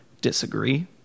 Disagree